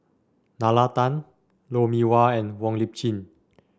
Nalla Tan Lou Mee Wah and Wong Lip Chin